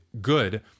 good